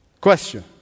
Question